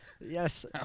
Yes